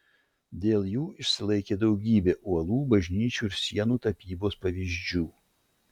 dėl jų išsilaikė daugybė uolų bažnyčių ir jų sienų tapybos pavyzdžių